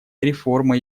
реформа